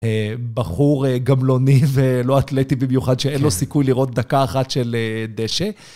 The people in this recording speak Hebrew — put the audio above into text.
בחור גמלוני ולא אתלטי במיוחד שאין לו סיכוי לראות דקה אחת של דשא.